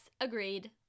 agreed